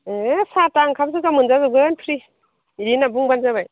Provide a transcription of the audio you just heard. ओइ साहा थाहा ओंखाम सोंखाम मोनजाजोबगोन फ्रि होनना बुंब्लानो जाबाय